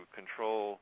control